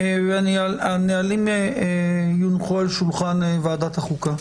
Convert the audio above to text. הנהלים יונחו על שולחן ועדת החוקה.